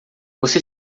você